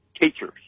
Teachers